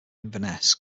inverness